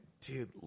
Dude